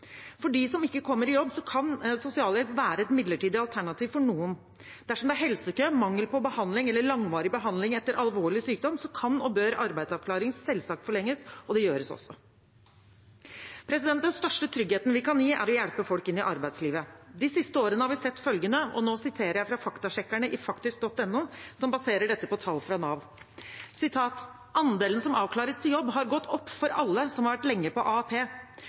For dem som ikke kommer i jobb, kan sosialhjelp være et midlertidig alternativ for noen. Dersom det er helsekø, mangel på behandling eller langvarig behandling etter alvorlig sykdom, kan og bør arbeidsavklaring selvsagt forlenges, og det gjøres også. Den største tryggheten vi kan gi, er å hjelpe folk inn i arbeidslivet. De siste årene har vi sett følgende, og nå siterer jeg fra faktasjekkerne i faktisk.no, som baserer dette på tall fra Nav: «Andelen som avklares til jobb har gått opp for alle som har vært lenge på AAP.